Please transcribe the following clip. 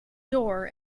door